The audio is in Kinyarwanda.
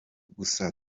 gusa